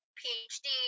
phd